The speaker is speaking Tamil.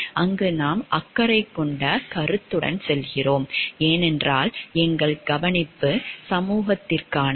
அங்கு நாம் அக்கறை கொண்ட கருத்துடன் செல்கிறோம் ஏனென்றால் எங்கள் கவனிப்பு சமூகத்திற்கானது